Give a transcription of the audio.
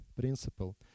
principle